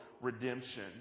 redemption